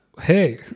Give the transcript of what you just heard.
Hey